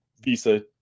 visa